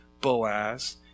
Boaz